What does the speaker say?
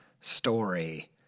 story